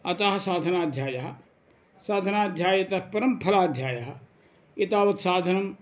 अतः साधनाध्यायः साधनाध्यायतः परं फलाध्यायः एतावत् साधनम्